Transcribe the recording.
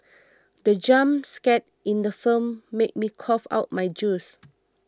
the jump scare in the film made me cough out my juice